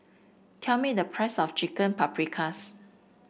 tell me the price of Chicken Paprikas